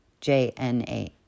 J-N-A